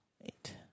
wait